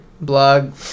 blog